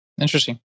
interesting